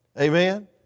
Amen